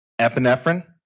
Epinephrine